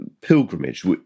pilgrimage